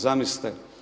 Zamislite?